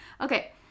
Okay